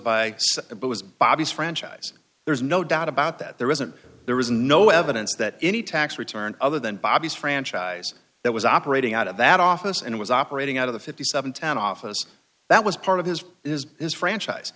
obvious franchise there's no doubt about that there wasn't there was no evidence that any tax return other than bobby's franchise that was operating out of that office and it was operating out of the fifty seven town office that was part of his is his franchise